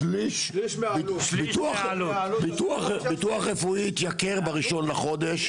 ביטוח רפואי התייקר ב-1 לחודש.